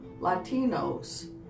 Latinos